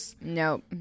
Nope